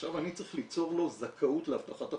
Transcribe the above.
עכשיו אני צריך ליצור לו זכאות להבטחת הכנסה.